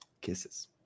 kisses